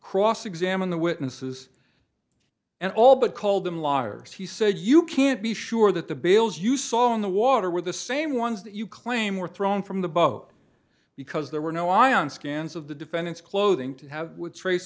cross examine the witnesses and all but called them liars he said you can't be sure that the bills you saw in the water were the same ones that you claim were thrown from the boat because there were no eye on scans of the defendants clothing to have trace